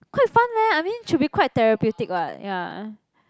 quite fun leh I mean should be quite therapeutic what ya